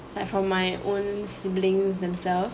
like from my own siblings themselves